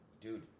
dude